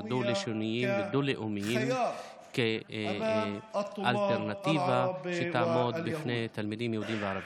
דו-לשוניים ודו-לאומיים כאלטרנטיבה שתהיה לתלמידים יהודים וערבים.